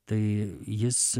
tai jis